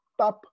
tap